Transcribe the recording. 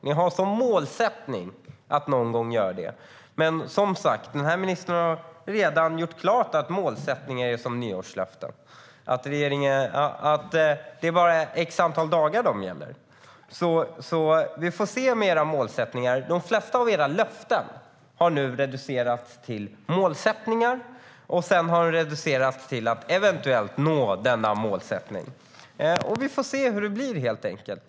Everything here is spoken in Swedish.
Ni har som målsättning att någon gång fasa ut den, men den här ministern har som sagt redan gjort klart att målsättningar är som nyårslöften - de gäller bara i x dagar. De flesta av era löften har nu reducerats till målsättningar. Sedan har de reducerats till att man eventuellt ska nå dessa målsättningar. Vi får se hur det blir, helt enkelt.